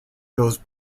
goes